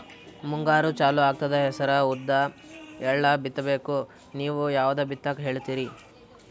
ಮುಂಗಾರು ಚಾಲು ಆಗ್ತದ ಹೆಸರ, ಉದ್ದ, ಎಳ್ಳ ಬಿತ್ತ ಬೇಕು ನೀವು ಯಾವದ ಬಿತ್ತಕ್ ಹೇಳತ್ತೀರಿ?